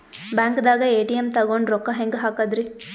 ಬ್ಯಾಂಕ್ದಾಗ ಎ.ಟಿ.ಎಂ ತಗೊಂಡ್ ರೊಕ್ಕ ಹೆಂಗ್ ಹಾಕದ್ರಿ?